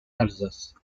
alsace